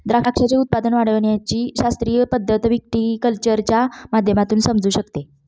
द्राक्षाचे उत्पादन वाढविण्याची शास्त्रीय पद्धत व्हिटीकल्चरच्या माध्यमातून समजू शकते